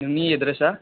नोंनि एदद्रेसा